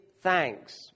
thanks